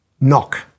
knock